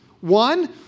One